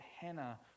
Hannah